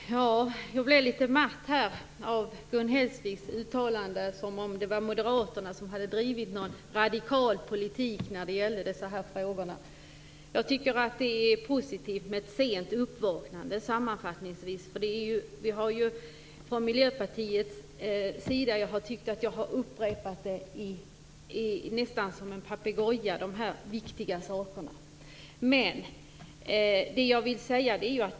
Herr talman! Jag blir litet matt av Gun Hellsviks uttalande - som om Moderaterna hade drivit någon radikal politik i dessa frågor. Jag tycker att det är positivt med ett sent uppvaknande. Vi har ju från Miljöpartiets sida, nästan som en papegoja, upprepat dessa viktiga saker.